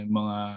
mga